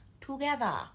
together